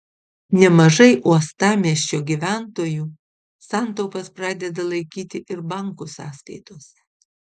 nemažai uostamiesčio gyventojų santaupas pradeda laikyti ir bankų sąskaitose